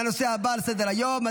בעד, חמישה נגד, אין נמנעים.